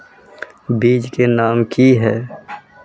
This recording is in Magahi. बीज के नाम की है?